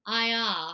IR